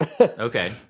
Okay